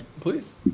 please